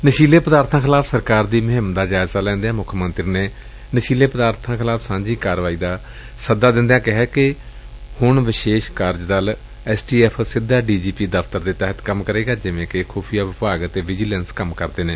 ਨਸ਼ੀਲੇ ਪਦਾਰਬਾਂ ਖਿਲਾਫ਼ ਸਰਕਾਰ ਦੀ ਮੁਹਿੰਮ ਦਾ ਜਾਇਜ਼ਾ ਲੈਦਿਆਂ ਮੁੱਖ ਮੰਤਰੀ ਨੇ ਨਸ਼ੀਲੇ ਪਦਾਰਬਾਂ ਖਿਲਾਫ਼ ਸਾਂਝੀ ਕਾਰਵਾਈ ਦਾ ਸੱਦਾ ਦਿੱਤਾ ਅਤੇ ਕਿਹਾ ਕਿ ਹੁਣ ਵਿਸ਼ੇਸ਼ ਕਾਰਜ ਦਲ ਐਸ ਟੀ ਐਫ਼ ਸਿੱਧਾ ਡੀ ਜੀ ਪੀ ਦਫ਼ਤਰ ਦੇ ਤਹਿਤ ਕੰਮ ਕਰੇਗਾ ਜਿਵੇਂ ਕਿ ਖੁਫੀਆ ਵਿਭਾਗ ਅਤੇ ਵਿਜੀਲੈਂਸ ਕੰਮ ਕਰਦੇ ਨੇ